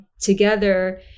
together